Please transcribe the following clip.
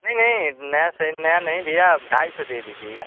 नहीं नहीं नया नया नहीं भैया आप ढाई सौ दे दीजिएगा